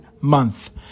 month